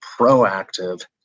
proactive